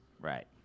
Right